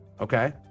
Okay